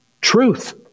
Truth